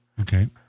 Okay